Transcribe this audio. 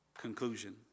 conclusion